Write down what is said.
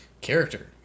character